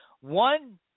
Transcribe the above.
One